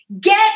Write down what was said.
get